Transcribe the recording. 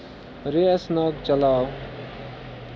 racing چلاو